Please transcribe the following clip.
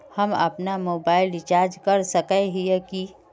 हम अपना mobile recharge कर सकय हिये की?